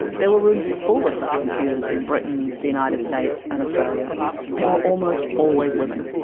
there were rooms full of such computers in britain, the united states and australia. they were almost always women.